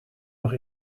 nog